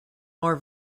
more